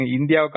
India